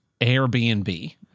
Airbnb